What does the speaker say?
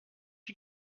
you